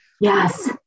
Yes